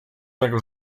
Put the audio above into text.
mego